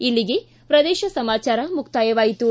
ಇಲ್ಲಿಗೆ ಪ್ರದೇಶ ಸಮಾಚಾರ ಮುಕ್ತಾಯವಾಯಿತು